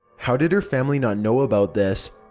how did her family not know about this?